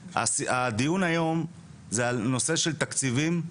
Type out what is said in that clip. הדיון היום זה על נושא של תקציבים,